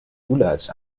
lulatsch